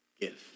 Give